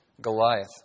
Goliath